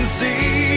see